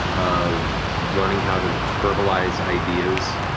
of learning how to verbalize ideas,